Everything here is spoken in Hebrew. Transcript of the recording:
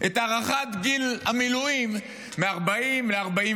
את הארכת גיל המילואים מ-40 ל-41?